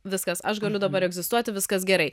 viskas aš galiu dabar egzistuoti viskas gerai